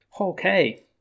Okay